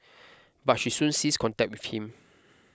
but she soon ceased contact with him